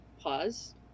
pause